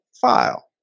file